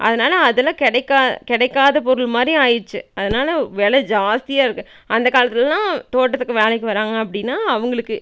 அதனால் அதெல்லாம் கிடைக்கா கிடைக்காத பொருள் மாதிரி ஆயிடுச்சு அதனால் வில ஜாஸ்தியாக இருக்கு அந்த காலத்துலலாம் தோட்டத்துக்கு வேலைக்கு வராங்க அப்படின்னா அவங்களுக்கு